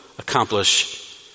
accomplish